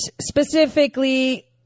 specifically